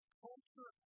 culture